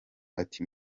ati